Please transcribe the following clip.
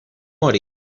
morir